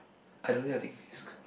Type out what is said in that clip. I don't dare to take risk